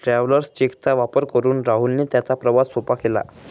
travellers cheque चा वापर करून राहुलने त्याचा प्रवास सोपा केला